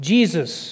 Jesus